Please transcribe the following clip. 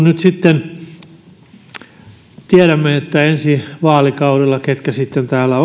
nyt sitten tiedämme että ensi vaalikaudella ketkä sitten täällä